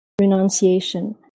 renunciation